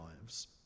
lives